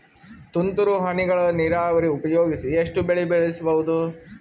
ತುಂತುರು ಹನಿಗಳ ನೀರಾವರಿ ಉಪಯೋಗಿಸಿ ಎಷ್ಟು ಬೆಳಿ ಬೆಳಿಬಹುದು?